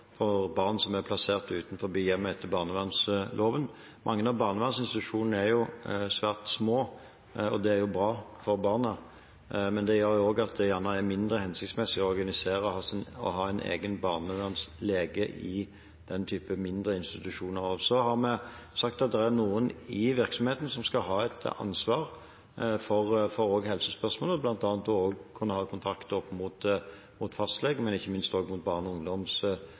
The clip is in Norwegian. for barn som er plassert utenfor hjemmet etter barnevernsloven. Mange av barnevernsinstitusjonene er svært små, og det er bra for barna, men det gjør også at det er mindre hensiktsmessig å organisere dette ved å ha en egen barnevernslege i den typen mindre institusjoner. Så har vi sagt at det er noen i virksomheten som skal ha et ansvar også for helsespørsmålet, bl.a. ved å kunne ha kontakt opp mot fastlege, men ikke minst mot barne- og